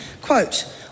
quote